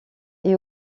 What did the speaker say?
est